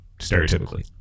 stereotypically